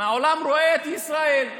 העולם רואה את ישראל,